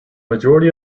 majority